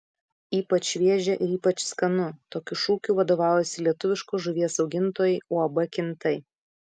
ypač šviežia ir ypač skanu tokiu šūkiu vadovaujasi lietuviškos žuvies augintojai uab kintai